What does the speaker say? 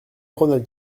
promenade